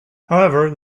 however